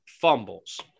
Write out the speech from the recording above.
fumbles